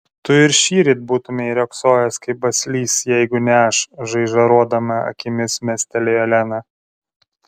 tu ir šįryt būtumei riogsojęs kaip baslys jeigu ne aš žaižaruodama akimis mestelėjo lena